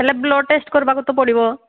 ହେଲେ blood test କରିବାକୁ ତ ପଡ଼ିବ